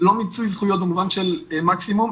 לא מיצוי זכויות במובן של מקסימום,